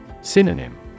Synonym